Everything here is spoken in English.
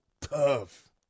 tough